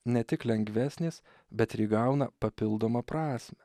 ne tik lengvesnės bet ir įgauna papildomą prasmę